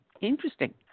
Interesting